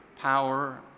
power